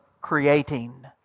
creating